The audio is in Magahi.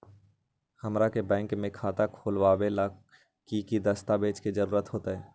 हमरा के बैंक में खाता खोलबाबे ला की की दस्तावेज के जरूरत होतई?